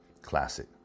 classic